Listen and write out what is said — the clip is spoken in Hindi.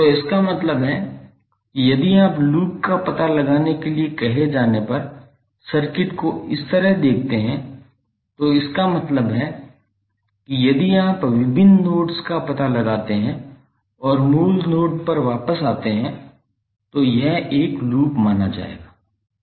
तो इसका मतलब है कि यदि आप लूप का पता लगाने के लिए कहे जाने पर सर्किट को इस तरह देखते हैं तो इसका मतलब है कि यदि आप विभिन्न नोड्स का पता लगाते हैं और मूल नोड पर वापस आते हैं तो यह एक लूप माना जाएगा सही